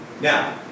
Now